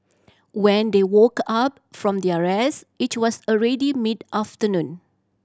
when they woke up from their rest it was already mid afternoon